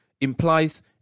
implies